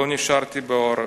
לא נשארתי בעורף.